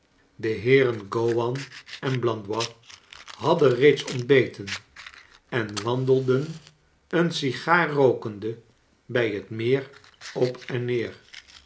de heeren gowan en blandois hadden reeds ontbeten en wandelden een sigaar rookende bij liet tneer op en neer